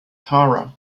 tara